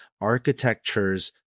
architectures